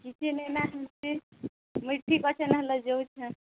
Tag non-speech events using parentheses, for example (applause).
କିଛି ନେଇ ନାହାନ୍ତି ମିର୍ଚି (unintelligible) ଯାଉଛ